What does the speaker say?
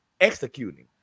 executing